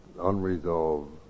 unresolved